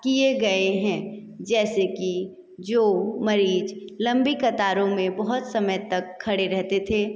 किए गए हैं जैसे कि जो मरीज लम्बी कतारों में बहुत समय तक खड़े रहते थे